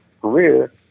career